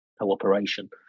cooperation